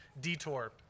detour